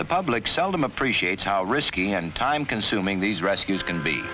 the public seldom appreciate how risky and time consuming these rescues can be